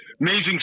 amazing